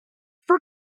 fur